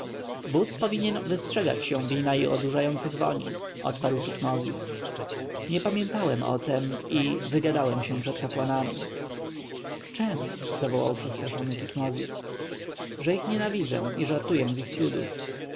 wódz powinien wystrzegać się wina i odurzających woni odparł tutmozis nie pamiętałem o tem i wygadałem się przed kapłanami z czem zawołał przestraszony tutmozis że ich nienawidzę i żartuję z ich cudów